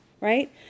Right